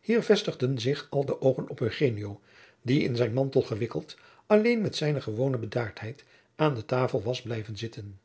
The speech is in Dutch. hier vestigden zich al de oogen op eugenio die in zijn mantel gewikkeld alleen met zijne gewone bedaardheid aan de tafel was blijven zitten